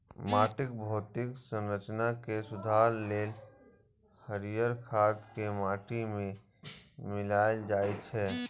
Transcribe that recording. माटिक भौतिक संरचना मे सुधार लेल हरियर खाद कें माटि मे मिलाएल जाइ छै